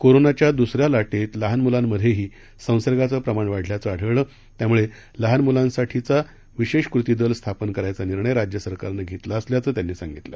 कोरोनाच्या द्सऱ्या लाटेत लहान मुलांमधेही संसर्गाचं प्रमाण वाढल्याचं आढळलं त्यामुळे लहान मुलांसाठीचा विशेष कृती दल स्थापन करायचा निर्णय राज्य सरकारनं घेतला असल्याचं त्यांनी सांगितलं